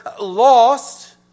lost